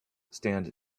stand